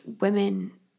women